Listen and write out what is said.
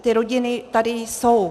Ty rodiny tady jsou.